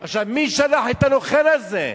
עכשיו, מי שלח את הנוכל הזה?